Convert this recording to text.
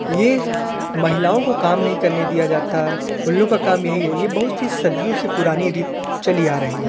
ये महिलाओं को काम नहीं करने दिया जाता है उन लोग का काम यही है ये बहुत ही सदियों से पुरानी रीत चली आ रही है